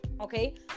okay